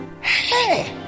Hey